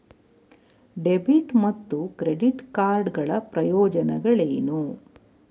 Debit ಮತ್ತು credit card ಗಳ ಪ್ರಯೋಜನಗಳೇನು?